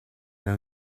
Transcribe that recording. leur